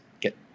get